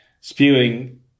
spewing